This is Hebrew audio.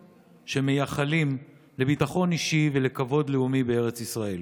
שמייחלים לביטחון אישי ולכבוד לאומי בארץ ישראל.